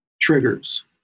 triggers